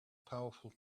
powerful